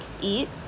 eat